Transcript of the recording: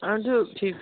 اہن حظ ٹھیٖک